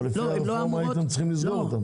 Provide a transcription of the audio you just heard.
אבל לפי הרפורמה הייתם צריכים לסגור אותן.